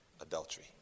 adultery